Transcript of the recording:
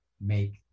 make